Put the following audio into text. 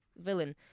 villain